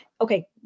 okay